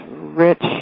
rich